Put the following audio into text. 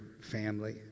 family